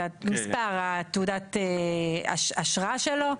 את מספר תעודת האשרה שלו,